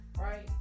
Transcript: Right